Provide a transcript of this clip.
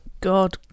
god